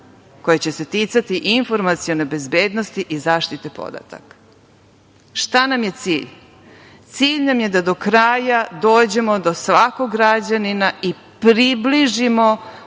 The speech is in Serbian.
koje će se ticati informacione bezbednosti i zaštite podataka. Šta nam je cilj? Cilj nam je da do kraja dođemo do svakog građanina i približimo